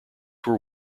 were